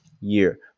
year